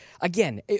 Again